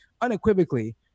unequivocally